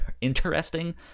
interesting